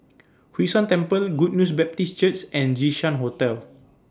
Hwee San Temple Good News Baptist Church and Jinshan Hotel